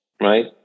right